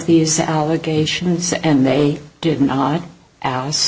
these allegations and they did not as